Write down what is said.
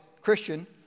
Christian